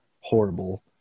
horrible